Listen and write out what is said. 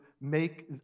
make